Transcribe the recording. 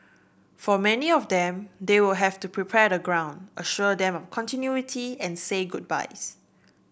for many of them they will have to prepare the ground assure them of continuity and say goodbyes